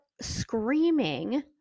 screaming